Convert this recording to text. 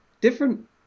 Different